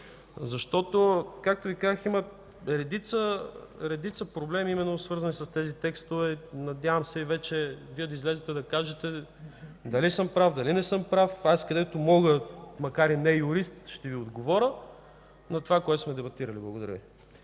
ръка. Както Ви казах, има редица проблеми, свързани с тези текстове. Надявам се вече да излезете и да кажете дали съм прав или не съм. Където мога, макар и не юрист, ще Ви отговоря по това, което сме дебатирали. Благодаря.